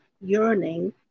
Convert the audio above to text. yearning